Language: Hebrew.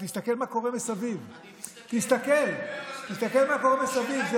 תסתכל מה קורה מסביב.